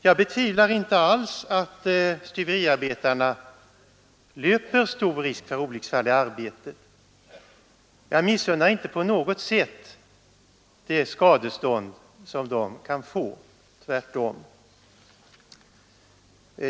Jag betvivlar inte alls att stuveriarbetarna löper stor risk för olycksfall i arbete. Jag missunnar dem inte heller på något sätt det skadestånd som de kan få — tvärtom.